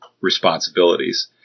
responsibilities